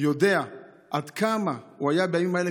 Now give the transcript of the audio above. יודע עד כמה הוא היה בימים האלה,